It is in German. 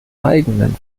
eigenen